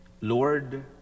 Lord